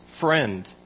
friend